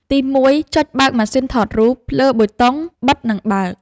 ទី1 ចុចបើកម៉ាស៊ីនថតរូប លើប៊ូតុងបិទនិងបើក។